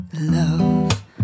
love